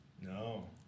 No